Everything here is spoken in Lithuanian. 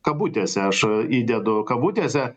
kabutėse aš įdedu kabutėse